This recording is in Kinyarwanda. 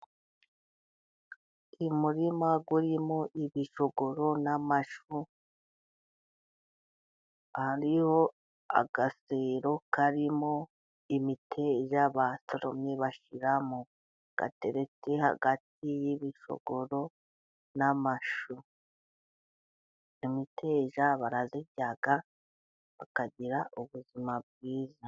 Umurima urimo umushogoro n'amashu. Harimo agasero karimo imiteja basoromye bashyiramo. Gatereti hagati y'umushogoro n'amashu imiteja barayirya bakagira ubuzima bwiza.